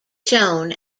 shown